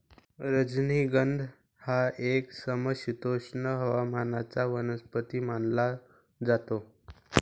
राजनिगंध हा एक समशीतोष्ण हवामानाचा वनस्पती मानला जातो